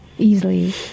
Easily